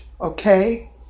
Okay